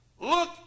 look